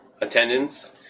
attendance